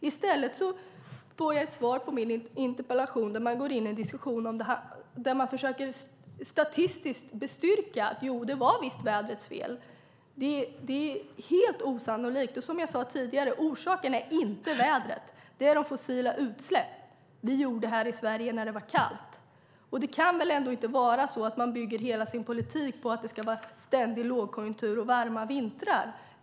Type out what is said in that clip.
I stället får jag ett svar på min interpellation där man går in i en diskussion där man försöker att statistiskt bestyrka: Jo, det var visst vädrets fel. Det är helt osannolikt. Som jag sade tidigare är orsaken inte vädret utan de fossila utsläpp vi gjorde här i Sverige när det var kallt. Det kan inte vara så att man bygger hela sin politik på att det ska vara ständig lågkonjunktur och varma vintrar.